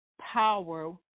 power